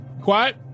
Quiet